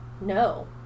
No